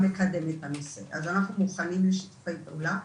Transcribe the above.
אז אנחנו מוכנים לשיתופי פעולה.